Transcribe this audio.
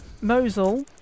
Mosul